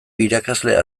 irakaslea